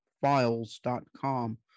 files.com